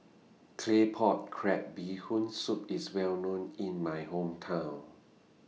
Claypot Crab Bee Hoon Soup IS Well known in My Hometown